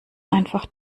einfach